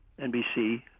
NBC